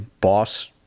boss